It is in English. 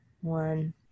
one